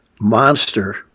monster